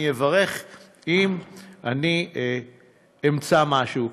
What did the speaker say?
אני אברך אם אני אמצא משהו כזה.